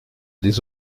des